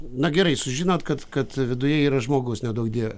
na gerai sužinot kad kad viduje yra žmogus neduok dieve